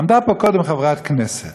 עמדה פה קודם חברת כנסת